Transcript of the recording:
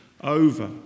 over